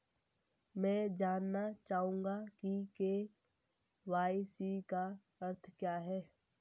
मैं जानना चाहूंगा कि के.वाई.सी का अर्थ क्या है?